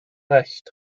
recht